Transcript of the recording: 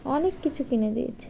অনেক কিছু কিনে দিয়েছে